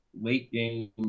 late-game